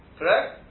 correct